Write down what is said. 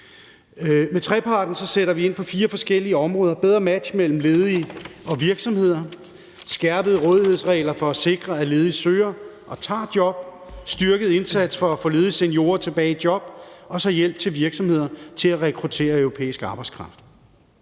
Med trepartsaftalen sætter vi ind på fire forskellige områder, nemlig bedre match mellem ledige og virksomheder; skærpede rådighedsregler for at sikre, at ledige søger og tager job; styrket indsats for at få ledige seniorer tilbage i job, og endelig hjælp til virksomheder til at rekruttere europæisk arbejdskraft.